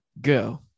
go